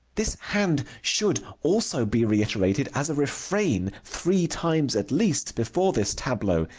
this hand should also be reiterated as a refrain, three times at least, before this tableau,